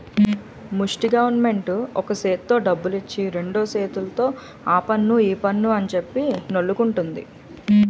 ముస్టి గవరమెంటు ఒక సేత్తో డబ్బులిచ్చి రెండు సేతుల్తో ఆపన్ను ఈపన్ను అంజెప్పి నొల్లుకుంటంది